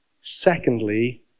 Secondly